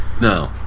No